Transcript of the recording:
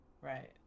Right